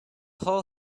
hull